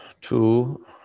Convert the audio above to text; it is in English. two